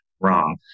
wrong